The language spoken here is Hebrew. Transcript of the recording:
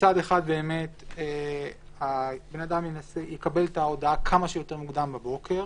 שמצד אחד הבן אדם יקבל את ההודעה כמה שיותר מוקדם בבוקר,